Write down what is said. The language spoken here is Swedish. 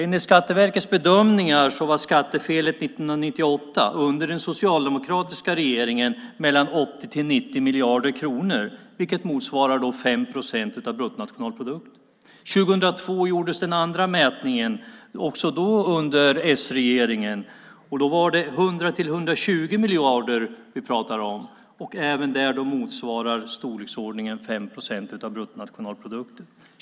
Enligt Skatteverkets bedömningar var skattefelet 1998 under den socialdemokratiska regeringen mellan 80 och 90 miljarder kronor, vilket motsvarade 5 procent av bruttonationalprodukten. År 2002 gjordes den andra mätningen, också då under s-regeringen. Då var det 100-120 miljarder, vilket också motsvarade 5 procent av bruttonationalprodukten.